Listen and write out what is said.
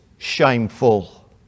shameful